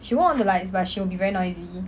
she won't on the lights but she will be very noisy